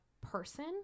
person